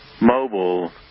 Mobile